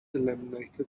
eliminated